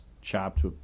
chopped